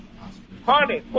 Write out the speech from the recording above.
Honey